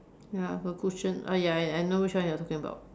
ya for cushion ah ya ya I know which one you're talking about